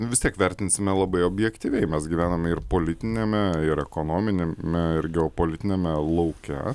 vis tiek vertinsime labai objektyviai mes gyvename ir politiniame ir ekonominiame ir geopolitiniame lauke